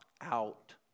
out